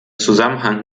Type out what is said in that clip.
zusammenhang